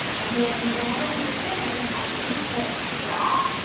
and then whenever we are finished, i simply hit stop.